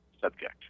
subject